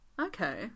Okay